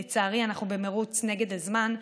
לצערי, אנחנו במרוץ נגד הזמן,